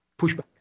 pushback